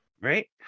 Right